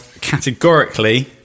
categorically